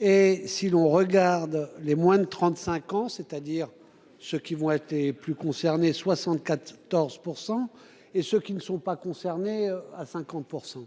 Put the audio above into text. Et si l'on regarde les moins de 35 ans, c'est-à-dire ceux qui vont être et plus concerné 74% et ceux qui ne sont pas concernés, à 50%.